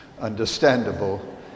understandable